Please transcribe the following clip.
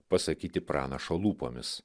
pasakyti pranašo lūpomis